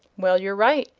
well, you're right.